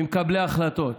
ממקבלי החלטות,